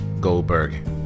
Goldberg